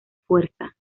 fuerza